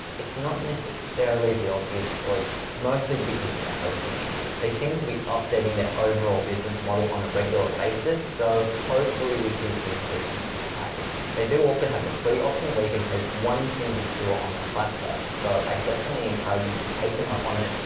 it's not necessarily the obvious choice, mostly because of the hosting issue. they seem to be updating their overall business model on a regular basis, so hopefully we see some improvements with the packaging. they do also have a free option where you can host one single tour on the platform. so i definitely encourage you to take them up on it.